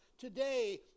Today